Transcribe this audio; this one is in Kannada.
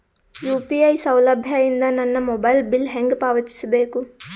ಯು.ಪಿ.ಐ ಸೌಲಭ್ಯ ಇಂದ ನನ್ನ ಮೊಬೈಲ್ ಬಿಲ್ ಹೆಂಗ್ ಪಾವತಿಸ ಬೇಕು?